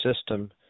system